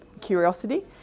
curiosity